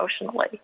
emotionally